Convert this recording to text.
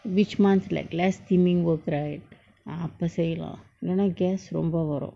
which month like less steaming work right ah அப்ப செய்லா இன்னொன்னு:apa seilaa innonu gas ரொம்ப வரு:romba varu